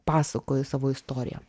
pasakoji savo istoriją